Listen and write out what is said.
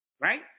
Right